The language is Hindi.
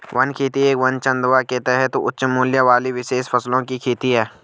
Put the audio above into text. वन खेती एक वन चंदवा के तहत उच्च मूल्य वाली विशेष फसलों की खेती है